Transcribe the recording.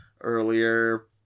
earlier